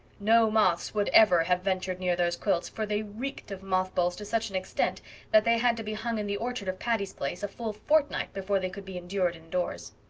no moths would ever have ventured near those quilts, for they reeked of mothballs to such an extent that they had to be hung in the orchard of patty's place a full fortnight before they could be endured indoors.